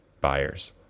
buyers